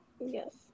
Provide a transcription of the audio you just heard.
Yes